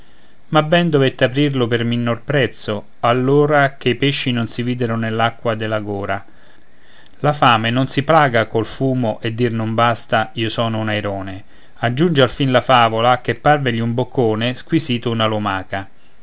ma ben dovette aprirlo per minor prezzo allora che pesci non si videro nell'acqua della gora la fame non si placa col fumo e dir non basta io sono un airone aggiunge alfin la favola che parvegli un boccone squisito una lumaca